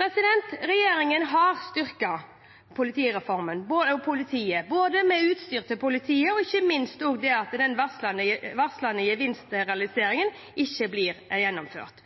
Regjeringen har styrket politiet, både med utstyr og ikke minst ved at den